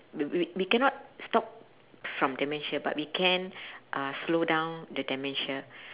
w~ w~ we cannot stop from dementia but we can uh slow down the dementia